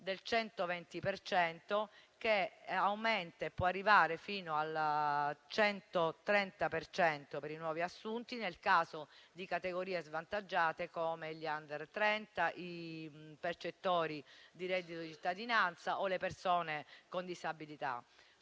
cento, che aumenta e può arrivare fino al 130 per cento per i nuovi assunti, nel caso di categorie svantaggiate, come gli *under* 30, i percettori di reddito di cittadinanza o le persone con disabilità.